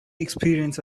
experience